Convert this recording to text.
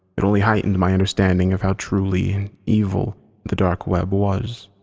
it only heightened my understanding of how truly and evil the dark web was.